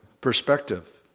perspective